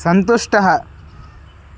सन्तुष्टः